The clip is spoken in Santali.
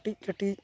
ᱠᱟᱹᱴᱤᱡᱼᱠᱟᱹᱴᱤᱡ